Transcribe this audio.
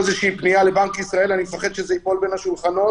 פנייה לבנק ישראל אני פוחד שזה ייפול בין השולחנות,